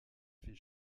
fait